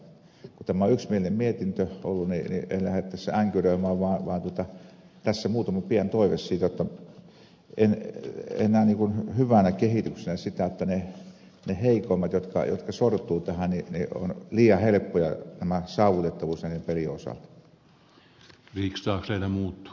kun tämä on ollut yksimielinen mietintö en lähde tässä änkyröimään vaan tässä on muutama pieni toive siitä että en näe hyvänä kehityksenä sitä että niille heikoimmille jotka sortuvat tähän on liian helppoa tämä saavutettavuus näiden pelien osalta